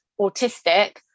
autistic